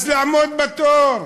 אז לעמוד בתור,